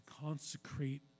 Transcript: consecrate